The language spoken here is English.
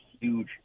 huge